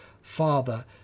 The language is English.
Father